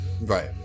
Right